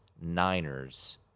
Niners